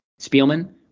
Spielman